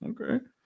okay